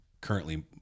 currently